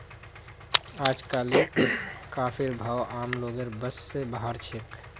अजकालित कॉफीर भाव आम लोगेर बस स बाहर छेक